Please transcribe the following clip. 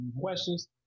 questions